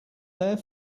there